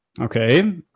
Okay